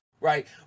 right